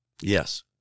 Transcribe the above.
Yes